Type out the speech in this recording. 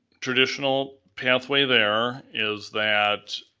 traditional pathway there is that